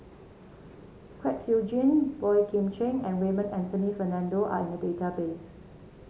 Kwek Siew Jin Boey Kim Cheng and Raymond Anthony Fernando are in the database